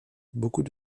beaucoup